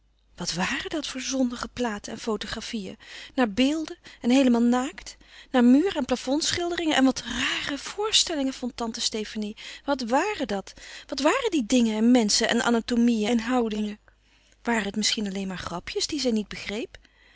wat waren dat voor zondige platen en fotografieën naar beelden en heelemaal naakt naar muur en plafondschilderingen en wat rare voorstellingen vond tante stefanie wat waren dat wat waren die dingen en menschen en anatomieën en houdingen waren het misschien alleen maar grapjes die zij niet begreep